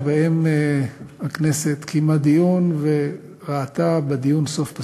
שבו הכנסת קיימה דיון וראתה בדיון סוף פסוק,